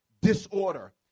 disorder